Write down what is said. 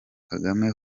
kagame